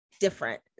different